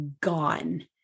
gone